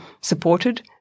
supported